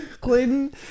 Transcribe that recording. Clayton